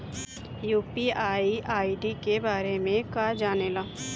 UPI ID के बारे में का जाने ल?